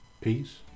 Peace